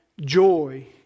Joy